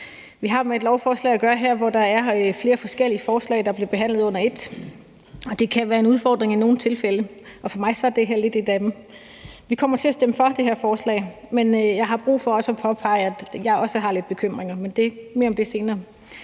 at gøre med et lovforslag, hvor der er flere forskellige forslag, der sambehandles, og det kan i nogle tilfælde være en udfordring. For mig er det her sådan et forslag. Vi kommer til at stemme for det her forslag, men jeg har brug for også at påpege, at jeg også har lidt bekymringer; mere om det senere.